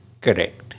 Correct